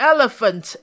Elephant